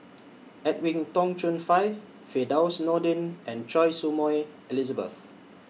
Edwin Tong Chun Fai Firdaus Nordin and Choy Su Moi Elizabeth